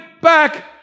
back